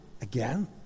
again